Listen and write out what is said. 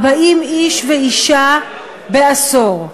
40 איש ואישה בעשור.